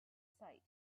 sight